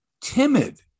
timid